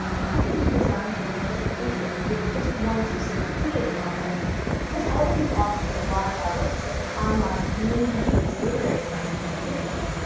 attempting to design for participation with just one specific dh project has already taught me a lot about what such an online community-focused literary site and might look like.